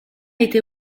été